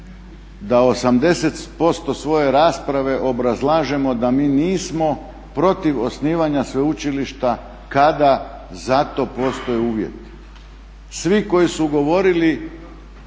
da 80% svoje rasprave obrazlažemo da mi nismo protiv osnivanja sveučilišta kada za to postoje uvjeti. Svi koji su govorili